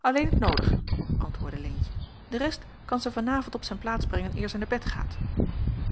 alleen het noodige antwoordde leentje de rest kan zij van avond op zijn plaats brengen eer zij naar bed gaat